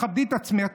תכבדי את עצמך,